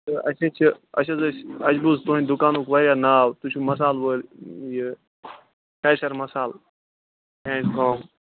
تہٕ أسۍ حظ چھِ أسۍ حظ ٲسۍ اَسہِ بوٗز تُہٕنٛدِ دُکانُک واریاہ ناو تُہۍ چھُو مسال وٲلۍ یہِ قیصر مسال ایٚنٛڈ کام